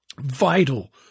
vital